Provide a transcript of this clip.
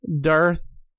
darth